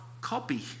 copy